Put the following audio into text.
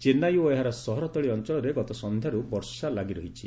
ଚେନ୍ନାଇ ଓ ଏହାର ସହରତଳି ଅଞ୍ଚଳରେ ଗତ ସଂଧ୍ୟାରୁ ବର୍ଷା ଲାଗିରହିଛି